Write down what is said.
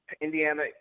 Indiana